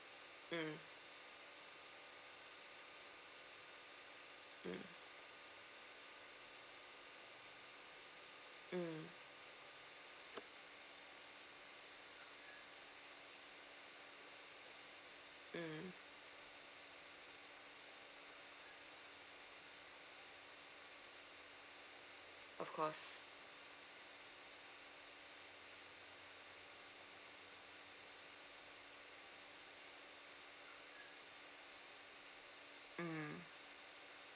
mm mm mm mm of course mm